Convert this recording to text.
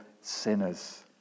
sinners